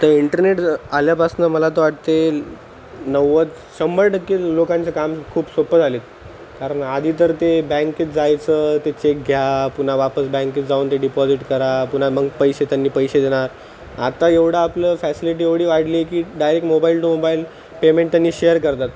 तर इंटरनेट ज् आल्यापासून मला तर वाटतं आहे ल् नव्वद शंभर टक्के लोकांचं काम खूप सोपं झाले आहेत कारण आधी तर ते बँकेत जायचं ते चेक घ्या पुन्हा वापस बँकेत जाऊन ते डिपॉजिट करा पुन्हा मग पैसे त्यांनी पैसे देणार आत्ता एवढं आपलं फॅसिलिटी एवढी वाढली आहे की direct mobile to mobile payment त्यांनी शेअर करतात